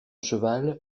cheval